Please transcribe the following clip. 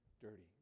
dirty